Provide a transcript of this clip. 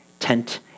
tent